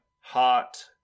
hot